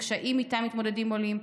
לקשיים שאיתם מתמודדים עולים,